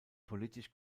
politisch